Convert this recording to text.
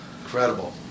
Incredible